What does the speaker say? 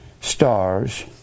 stars